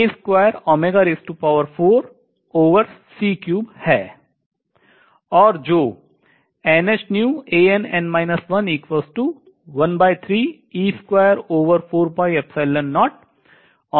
और जो है